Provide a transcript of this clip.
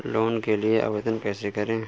Loan के लिए आवेदन कैसे करें?